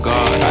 God